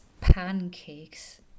pancakes